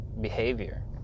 behavior